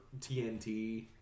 TNT